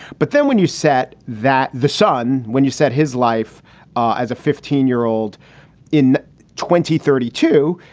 but then when you set that the son when you said his life as a fifteen year old in twenty thirty two,